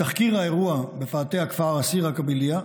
מתחקיר האירוע בפאתי הכפר עסירה אל-קבלייה,